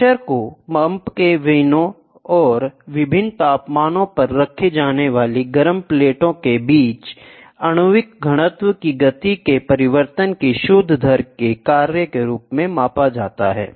pressure को pump के वेनों और विभिन्न तापमानों पर रखी जाने वाली गर्म प्लेट के बीच आणविक घनत्व की गति के परिवर्तन की शुद्ध दर के कार्य के रूप में मापा जाता है